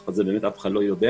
ואת זה באמת אף אחד לא יודע.